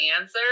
answer